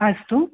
अस्तु